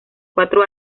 cuatro